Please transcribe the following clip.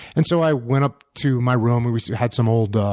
and so i went up to my room. we we had some old